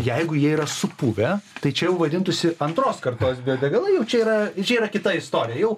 jeigu jie yra supuvę tai čia jau vadintųsi antros kartos biodegalai jau čia yra čia yra kita istorija jau